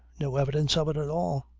no evidence of it at all.